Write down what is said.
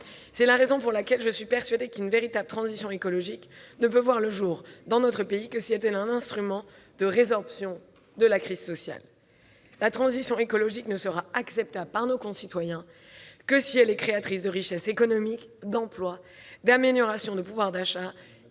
C'est la raison pour laquelle je suis persuadée qu'une véritable transition écologique ne peut voir le jour dans notre pays que si elle est un instrument de résorption de la crise sociale. La transition écologique ne sera acceptable par nos concitoyens que si elle est créatrice de richesses économiques, d'emplois, d'amélioration du pouvoir d'achat